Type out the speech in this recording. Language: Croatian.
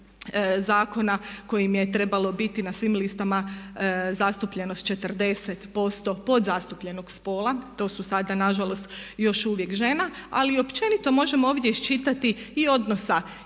kojim je trebalo biti na svim listama zastupljenost 40% podzastupljenog spola. To su sada na žalost još uvijek žena. Ali i općenito možemo ovdje iščitati i odnosa i medija,